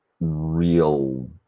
real